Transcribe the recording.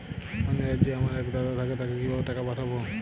অন্য রাজ্যে আমার এক দাদা থাকে তাকে কিভাবে টাকা পাঠাবো?